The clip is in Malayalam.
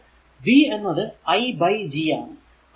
അതിനാൽ v എന്നത് i ബൈ G ആണ്